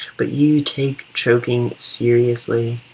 but you take choking seriously.